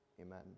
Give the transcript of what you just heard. Amen